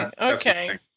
Okay